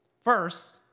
First